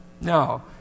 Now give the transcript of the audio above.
No